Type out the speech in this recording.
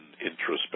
introspection